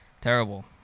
Terrible